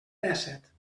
dèsset